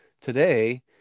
today